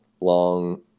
long